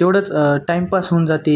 तेवढंच टाइमपास होऊन जाते